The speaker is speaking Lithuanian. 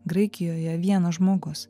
graikijoje vienas žmogus